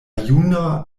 juna